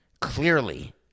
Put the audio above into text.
clearly